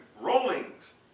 rollings